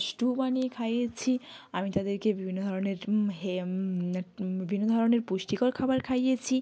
stew বানিয়ে খাইয়েছি আমি তাদেরকে বিভিন্ন ধরনের হে বিভিন্ন ধরনের পুষ্টিকর খাবার খাইয়েছি